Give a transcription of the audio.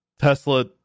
Tesla